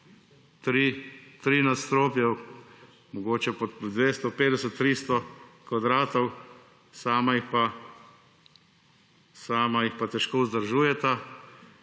nadstropja, mogoče po 250, 300 kvadratov, sama jih pa težko vzdržujeta,